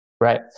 Right